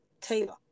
Taylor